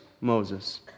Moses